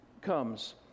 comes